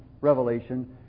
revelation